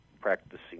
practicing